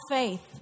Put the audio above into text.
faith